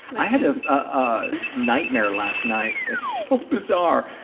i had a nightmare last night, it's so bizarre,